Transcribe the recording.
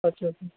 اچھا اچھا